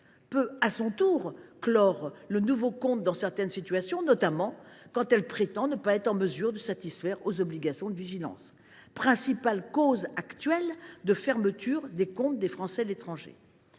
peut, à son tour, clore le nouveau compte dans certaines situations. C’est notamment le cas lorsqu’elle prétend ne pas être en mesure de satisfaire aux obligations de vigilance, principales causes actuelles de fermeture des comptes des Français de l’étranger.